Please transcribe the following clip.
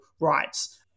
rights